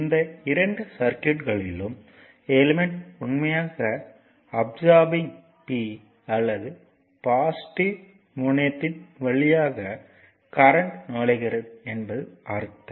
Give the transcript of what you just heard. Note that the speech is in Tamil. இந்த இரண்டு சர்க்யூட்களிலும் எலிமெண்ட் உண்மையாக அப்சார்பிங் P அல்லது பாசிட்டிவ் முனையத்தின் வழியாக கரண்ட் நுழைகிறது என்பது அர்த்தம்